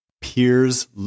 peers